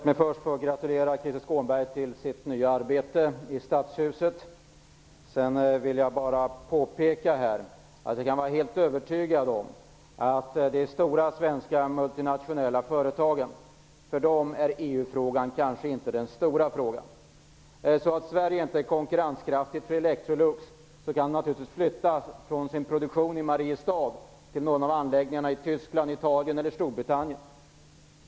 Herr talman! Låt mig först få gratulera Krister Sedan vill jag bara påpeka att Krister Skånberg kan vara alldeles övertygad om att för de stora svenska multinationella företagen är EU-frågan inte den stora frågan. Är Sverige inte konkurrenskraftigt för Electrolux, kan företaget naturligtvis flytta sin produktion i Mariestad till någon av anläggningarna i Tyskland, Italien eller Storbritannien.